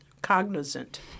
cognizant